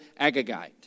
Agagite